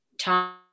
time